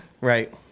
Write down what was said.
Right